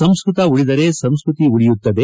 ಸಂಸ್ಕೃತ ಉಳಿದರೆ ಸಂಸ್ಕೃತಿ ಉಳಿಯುತ್ತದೆ